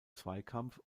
zweikampf